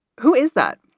who is that?